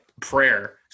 prayer